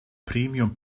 premium